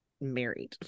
married